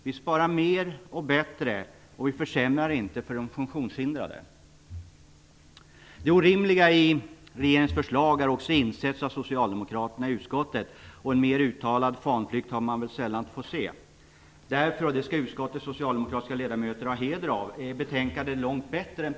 Det innebär större och bättre besparingar och ingen försämring för de funktionshindrade. Det orimliga i regeringens förslag har också insetts av socialdemokraterna i utskottet. En mer uttalad fanflykt har man sällan fått se. Betänkandet är därför långt bättre än propositionen, och det skall utskottets socialdemokratiska ledamöter ha heder av.